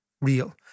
real